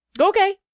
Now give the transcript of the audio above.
Okay